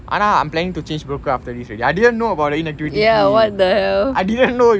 ஆனா:aanaa I'm planning to change broker after this already I didn't know about the inactivity I didn't know